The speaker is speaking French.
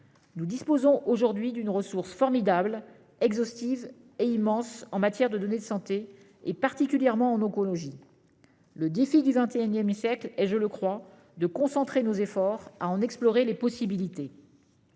Nous disposons aujourd'hui d'une ressource formidable, exhaustive et immense en matière de données de santé, et particulièrement en oncologie. Le défi du XXI siècle est, je le crois, de concentrer nos efforts à en explorer les possibilités.